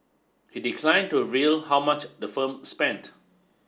he declined to reveal how much the firm spent